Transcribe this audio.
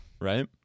Right